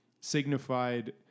signified